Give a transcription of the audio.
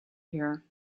here